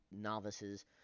novices